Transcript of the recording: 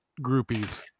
groupies